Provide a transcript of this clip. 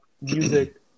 music